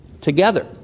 together